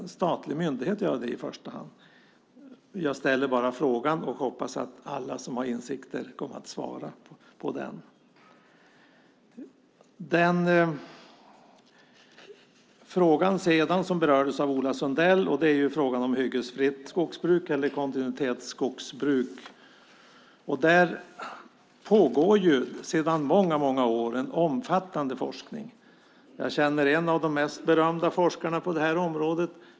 Jag ställer bara frågan och hoppas att alla som har insikter kommer att svara på den. Ola Sundell berörde frågan om hyggesfritt skogsbruk eller kontinuitetsskogsbruk. Där pågår sedan många år en omfattande forskning, och jag känner en av de mest berömda forskarna på området.